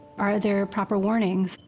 are there proper warnings?